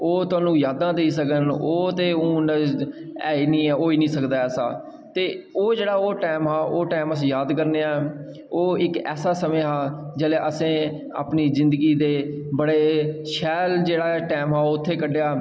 ओह् थोआनूं यादां देई सक्कन ओह् ते हून ऐ गै निं ऐ होई निं सकदा ऐसा ते ओह् जेह्ड़ा टैम हा ओह् टैम अस याद करने आं ओह् इक्क ऐसा समें हा जेल्लै असें ते अपनी जिंदगी दे बड़ा शैल जेह्ड़ा टैम हा ओह् उत्थें कड्ढेआ